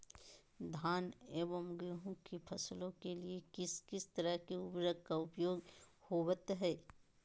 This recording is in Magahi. धान एवं गेहूं के फसलों के लिए किस किस तरह के उर्वरक का उपयोग होवत है?